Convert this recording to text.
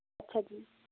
ਅੱਛਾ ਜੀ